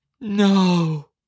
No